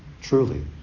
truly